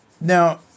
now